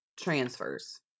transfers